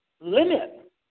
limit